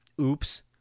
Oops